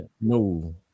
No